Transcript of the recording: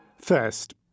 First